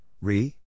re